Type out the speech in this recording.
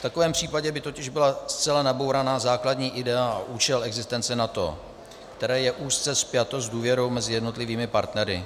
V takovém případě by totiž byla zcela nabourána základní idea i účel existence NATO, které je úzce spjato s důvěrou mezi jednotlivými partnery.